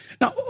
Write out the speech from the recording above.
Now